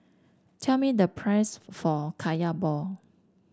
tell me the price for kaya ball